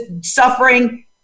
suffering